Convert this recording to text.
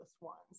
ones